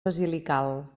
basilical